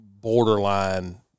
borderline